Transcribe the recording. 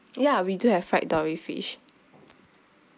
ya we do have fried dory fish